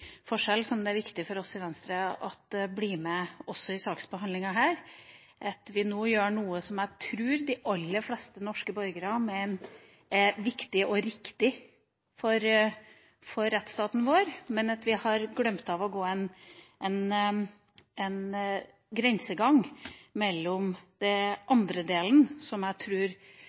forskjell, som det er viktig for oss i Venstre blir med i saksbehandlinga her – at vi nå gjør noe som jeg tror de aller fleste norske borgere mener er viktig og riktig for rettsstaten vår, men at vi har glemt å gå opp en grensegang når det gjelder den andre delen, som jeg